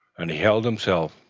and he held himself,